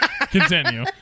Continue